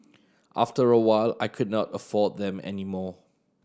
after a while I could not afford them any more